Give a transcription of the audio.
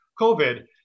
COVID